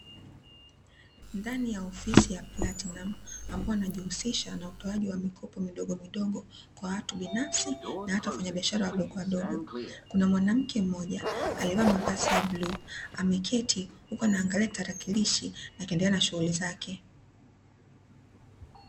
Ndani ya ofisi ya platinamu inayojihusisha na utoaji wa mikopo midogo midogo, kwa watu binafsi na hata wafanyabiashara wadogowadogo, kuna mwanamke mmoja aliye vaa mavazi ya bluu ameketi huku anaangalia tarakilishi akiendelea na shughuli zake.